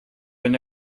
wenn